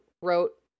wrote